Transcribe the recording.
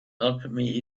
alchemy